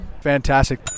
fantastic